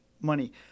money